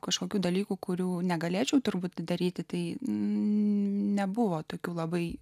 kažkokių dalykų kurių negalėčiau turbūt daryti tai nebuvo tokių labai